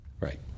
right